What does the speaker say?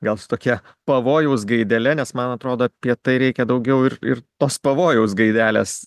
gal su tokia pavojaus gaidele nes man atrodo apie tai reikia daugiau ir ir tos pavojaus gaidelės